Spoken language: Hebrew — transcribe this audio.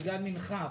בגלל המנחה,